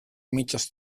mitges